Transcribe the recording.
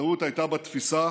הטעות הייתה בתפיסה